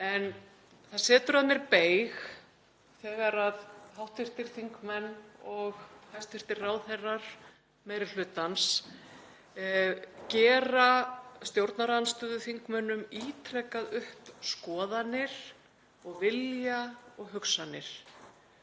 en það setur að mér beyg þegar hv. þingmenn og hæstv. ráðherrar meiri hlutans gera stjórnarandstöðuþingmönnum ítrekað upp skoðanir og vilja og hugsanir.